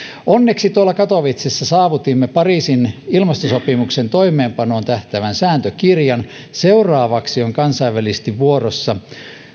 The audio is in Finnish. onneksi tuolla katowicessä saavutimme pariisin ilmastosopimuksen toimeenpanoon tähtäävän sääntökirjan seuraavaksi kansainvälisesti on vuorossa